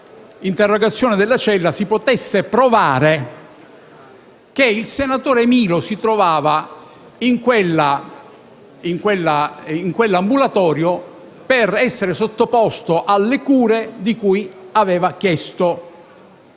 telefonica, se fosse vero che il senatore Milo si trovava in quell'ambulatorio per essere sottoposto alle cure di cui aveva chiesto